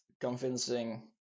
convincing